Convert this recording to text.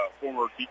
former